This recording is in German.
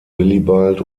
willibald